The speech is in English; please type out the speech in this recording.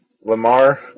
Lamar